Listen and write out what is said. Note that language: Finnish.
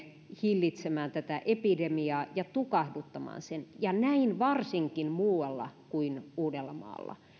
hillitsemään tätä epidemiaa ja tukahduttamaan sen näin varsinkin muualla kuin uudellamaalla